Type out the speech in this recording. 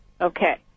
Okay